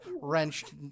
wrenched